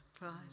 Right